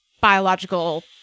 biological